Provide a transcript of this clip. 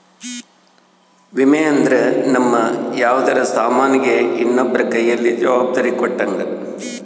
ವಿಮೆ ಅಂದ್ರ ನಮ್ ಯಾವ್ದರ ಸಾಮನ್ ಗೆ ಇನ್ನೊಬ್ರ ಕೈಯಲ್ಲಿ ಜವಾಬ್ದಾರಿ ಕೊಟ್ಟಂಗ